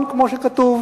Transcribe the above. וכבונוס,